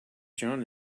john